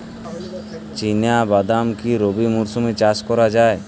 চিনা বাদাম কি রবি মরশুমে চাষ করা যায়?